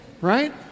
right